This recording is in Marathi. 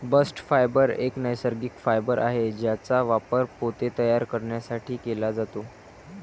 बस्ट फायबर एक नैसर्गिक फायबर आहे ज्याचा वापर पोते तयार करण्यासाठी केला जातो